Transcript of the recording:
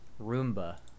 Roomba